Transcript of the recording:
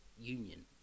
union